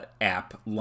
app